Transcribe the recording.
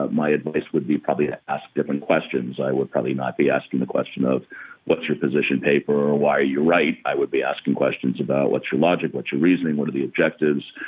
but my advice would be probably ah ask different questions. i would probably not be asking the question of what's your position paper or why you're right? i would be asking questions about what's your logic? what's your reasoning? what are the objectives?